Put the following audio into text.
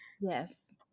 Yes